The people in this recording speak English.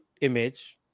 image